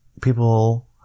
people